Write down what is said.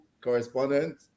correspondent